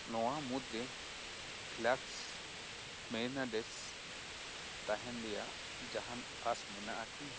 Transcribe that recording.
ᱱᱚᱣᱟ ᱢᱩᱦᱩᱫ ᱨᱮ ᱯᱷᱟᱠᱥ ᱢᱮᱨᱤᱱᱟᱰᱮᱥ ᱛᱟᱦᱮᱱ ᱨᱮᱭᱟᱜ ᱡᱟᱦᱟᱱ ᱟᱥ ᱢᱮᱱᱟᱜ ᱟᱠᱤ